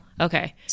Okay